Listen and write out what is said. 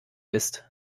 ist